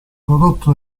prodotto